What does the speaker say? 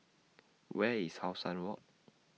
Where IS How Sun Walk